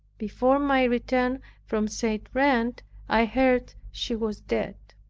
before my return from st. reine i heard she was dead.